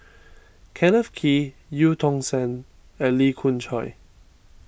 Kenneth Kee Eu Tong Sen and Lee Khoon Choy